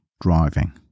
driving